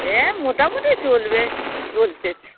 হ্যাঁ মোটামুটি চলবে চলছে